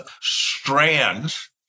strands